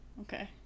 okay